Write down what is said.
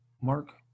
Mark